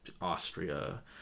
austria